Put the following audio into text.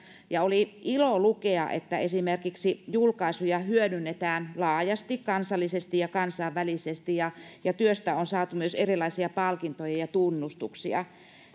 ja oli ilo lukea että esimerkiksi julkaisuja hyödynnetään laajasti kansallisesti ja kansainvälisesti ja ja työstä on saatu myös erilaisia palkintoja ja ja tunnustuksia